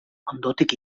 ondotik